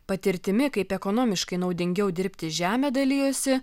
patirtimi kaip ekonomiškai naudingiau dirbti žemę dalijosi